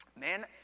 man